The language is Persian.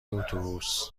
اتوبوس